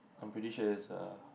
I'm pretty sure it's a